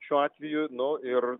šiuo atveju nu ir